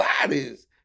bodies